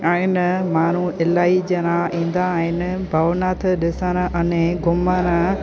आहिनि माण्हू इलाही ॼणा ईंदा आहिनि भवनाथ ॾिसण अने घुमणु